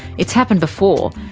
it's happened before.